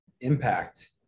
impact